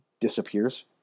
disappears